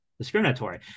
discriminatory